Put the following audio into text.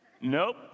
nope